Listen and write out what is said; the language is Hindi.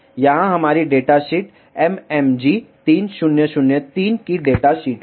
यहाँ हमारी डेटाशीट MMG 3003 की डेटाशीट में है